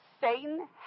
Satan